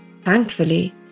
Thankfully